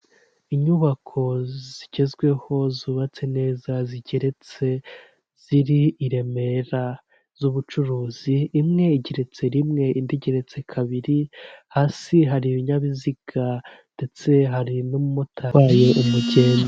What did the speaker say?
Inyubako zigezweho zubatse neza zigeretse ziri i Remera z'ubucuruzi, imwe igereretse rimwe, indi igeretse kabiri, hasi hari ibinyabiziga ndetse hari n'umumotari utwaye umugenzi.